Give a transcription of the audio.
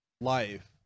life